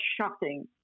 shocking